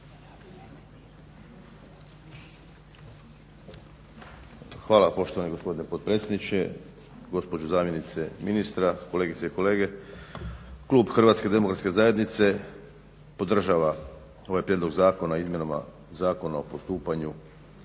Hvala poštovani gospodine potpredsjedniče, gospođo zamjenice ministra, kolegice i kolege. Klub HDZ-a podržava ovaj prijedlog Zakona o izmjenama Zakona o postupanju i